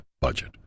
budget